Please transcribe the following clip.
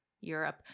Europe